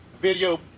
video